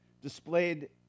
displayed